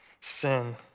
sin